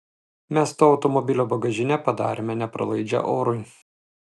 mes to automobilio bagažinę padarėme nepralaidžią orui